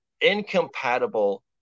incompatible